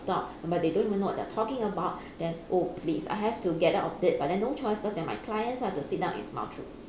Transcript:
stop but they don't even know what they are talking about then oh please I have to get out of it but then no choice because they are my clients so I have to sit down and smile through